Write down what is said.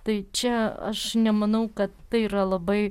tai čia aš nemanau kad tai yra labai